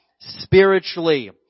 spiritually